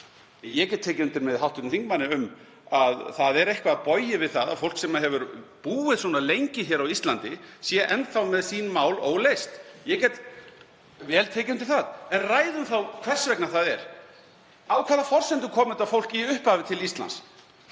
Ég get tekið undir það með hv. þingmanni að það er eitthvað bogið við það að fólk sem hefur búið svo lengi hér á Íslandi sé enn með sín mál óleyst, ég get vel tekið undir það. En ræðum þá hvers vegna það er. Á hvaða forsendum kom þetta fólk í upphafi til Íslands?